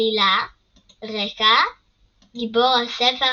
עלילה רקע גיבור הספר,